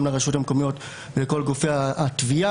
גם לרשויות המקומיות לכל גופי התביעה